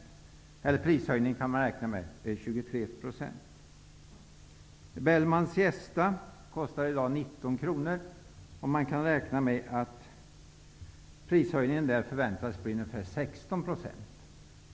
Bellman Siesta kostar i dag 19 kronor. Prishöjningen på den väntas bli ungefär 16 %.